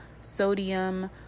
sodium